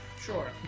Sure